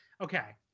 Okay